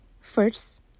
First